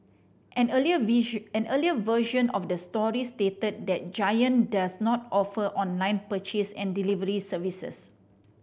an earlier an earlier version of the story stated that Giant does not offer online purchase and delivery services